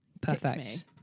Perfect